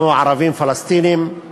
אנחנו ערבים פלסטינים.